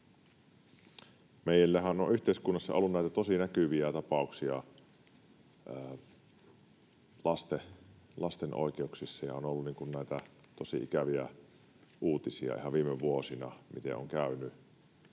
Meillähän on yhteiskunnassa ollut tosi näkyviä tapauksia lasten oikeuksista ja näitä tosi ikäviä uutisia ihan viime vuosina, miten on käynyt